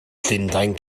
llundain